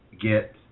get